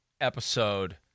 episode